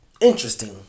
interesting